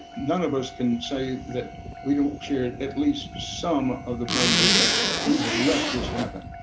none of us can say that we don't share at least some of the blame because we have let this happen.